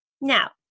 Now